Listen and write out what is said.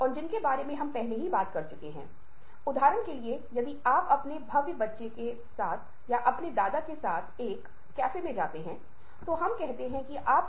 मनोवैज्ञानिक बाधाएं जहां आप सुनना नहीं चाहते हैं आपको सुनने का कोई इरादा नहीं है आप मानते हैं कि आप वह सब कुछ जानते हैं जो इसके बारे में बताया जा रहा है